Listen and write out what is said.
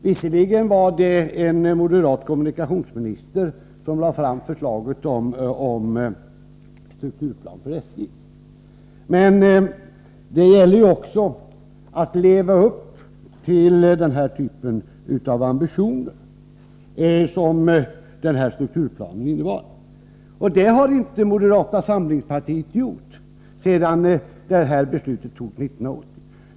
Visserligen var det en moderat kommunikationsminister som lade fram förslaget om strukturplan för SJ, men det gäller också att leva upp till den typ av ambition som strukturplanen innebär, och det har inte moderata samlingspartiet gjort sedan beslutet togs 1980.